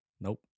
Nope